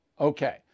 okay